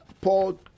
Paul